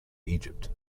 egypt